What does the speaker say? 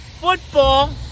football